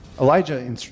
Elijah